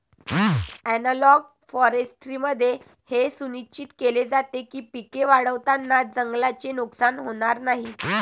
analogue फॉरेस्ट्रीमध्ये हे सुनिश्चित केले जाते की पिके वाढवताना जंगलाचे नुकसान होणार नाही